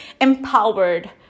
empowered